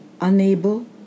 unable